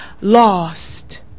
lost